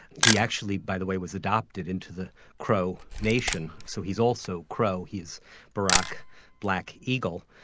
he actually, by the way, was adopted into the crow nation, so he's also crow. he's barack black eagle.